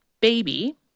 baby